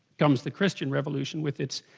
comes the christian revolution with its